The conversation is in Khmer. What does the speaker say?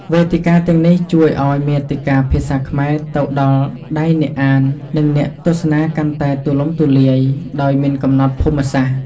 វេទិកាទាំងនេះជួយឱ្យមាតិកាភាសាខ្មែរទៅដល់ដៃអ្នកអាន និងអ្នកទស្សនាកាន់តែទូលំទូលាយ ដោយមិនកំណត់ភូមិសាស្ត្រ។